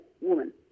woman